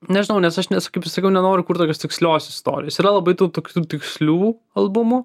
nežinau nes aš nes kaip ir sakiau nenoriu kurt tokios tikslios istorijos yra labai tų tokių tikslių albumų